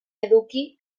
eduki